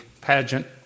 pageant